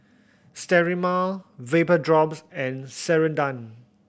Sterimar Vapodrops and Ceradan